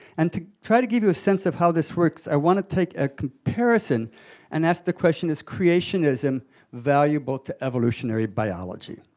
and to try to give you a sense of how this works, i want to take a comparison and ask the question, is creationism valuable to evolutionary biology?